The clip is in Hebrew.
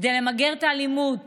כדי למגר את האלימות